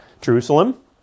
Jerusalem